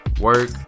work